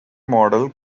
model